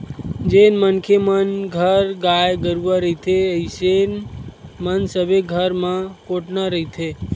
जेन मनखे मन घर गाय गरुवा रहिथे अइसन म सबे घर म कोटना रहिथे